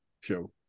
show